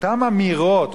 אותן אמירות,